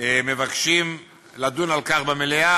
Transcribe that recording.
מבקשים לדון על כך במליאה,